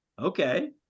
okay